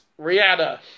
Rihanna